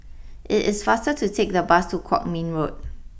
it is faster to take the bus to Kwong Min Road